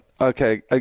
Okay